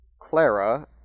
Clara